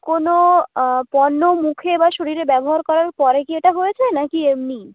কোনও পণ্য মুখে বা শরীরে ব্যবহার করার পরে কি এটা হয়েছে নাকি এমনিই